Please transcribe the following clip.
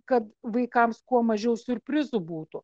kad vaikams kuo mažiau siurprizų būtų